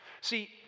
See